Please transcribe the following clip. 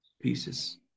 pieces